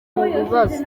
mubibazo